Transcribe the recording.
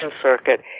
circuit